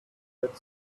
get